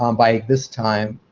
um by this time,